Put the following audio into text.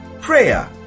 prayer